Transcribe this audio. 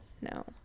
no